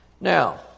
Now